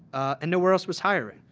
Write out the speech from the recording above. and nowhere else was hiring.